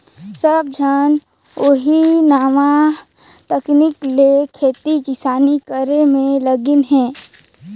सब झन ओही नावा तकनीक ले खेती किसानी करे में लगिन अहें